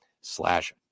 slash